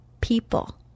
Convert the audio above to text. people